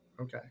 okay